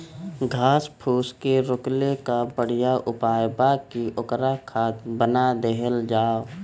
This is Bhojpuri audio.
घास फूस के रोकले कअ बढ़िया उपाय बा कि ओकर खाद बना देहल जाओ